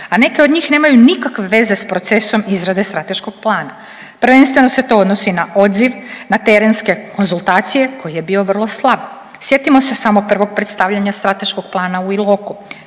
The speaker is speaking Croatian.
a neke od njih nemaju nikakve veze s procesom izrade strateškog plana. Prvenstveno se to odnosi na odziv, na terenske konzultacije koji je bio vrlo slab. Sjetimo se samo prvog predstavljanja strateškog plana u Iloku.